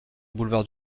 boulevard